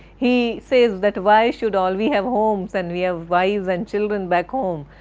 he says that why should all, we have homes and we have wives and children back home.